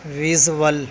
visual